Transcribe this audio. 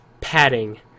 padding